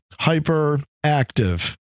hyperactive